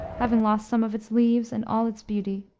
having lost some of its leaves and all its beauty,